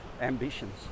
ambitions